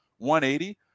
180